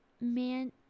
man